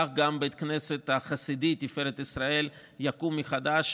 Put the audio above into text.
כך גם בית כנסת החסידי תפארת ישראל יקום מחדש,